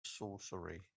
sorcery